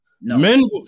men